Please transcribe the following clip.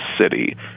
City